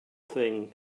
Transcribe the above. thing